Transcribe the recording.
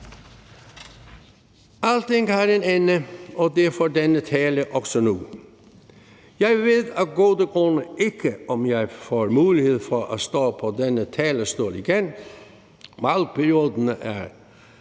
Alting har en ende, og det får denne tale også nu. Jeg ved af gode grunde ikke, om jeg får mulighed for at stå på denne talerstol igen. Valgperioden er